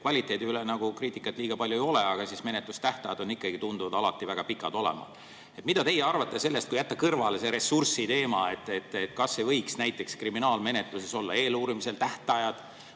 kvaliteedi kohta kriitikat liiga palju ei ole, siis menetlustähtajad tunduvad alati väga pikad olevat. Mida teie arvate sellest, kui jätta kõrvale see ressursiteema, kas ei võiks näiteks kriminaalmenetluses olla eeluurimise tähtajad